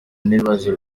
n’ibibazo